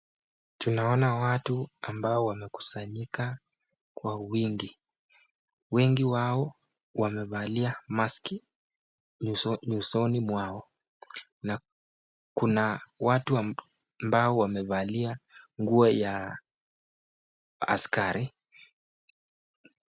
Tunaona watu ambao wamekusanyika kwa wingi. Wengi wao wamevaa maski nyusoni mwao. Na kuna watu ambao wamevaa nguo ya askari.